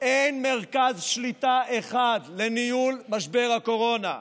ואין מרכז שליטה אחד לניהול משבר הקורונה.